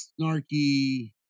snarky